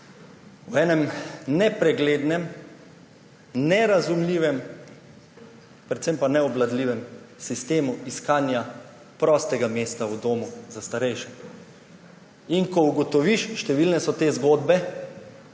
v enem nepreglednem, nerazumljivem, predvsem pa neobvladljivem sistemu iskanja prostega mesta v domu za starejše. Ko ugotoviš, številne so te zgodbe,